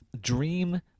dream